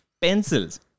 Pencils